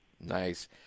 Nice